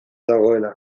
dagoela